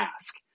ask